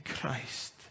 christ